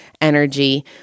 energy